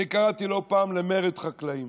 אני קראתי לא פעם למרד חקלאים.